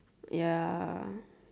ya